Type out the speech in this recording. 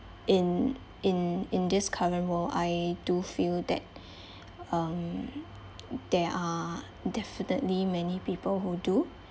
in in in this current world I do feel that um there are definitely many people who do